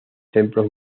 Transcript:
templos